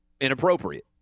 inappropriate